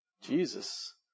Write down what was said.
Jesus